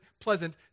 pleasant